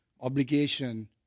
Obligation